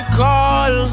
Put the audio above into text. call